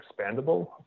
expandable